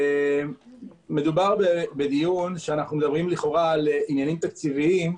מדובר בדיון שאנו מדברים לכאורה בעניינים תקציביים,